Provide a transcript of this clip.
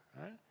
right